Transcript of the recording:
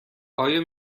آیا